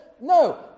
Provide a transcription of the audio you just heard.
No